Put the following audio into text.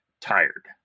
tired